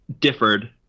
differed